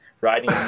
riding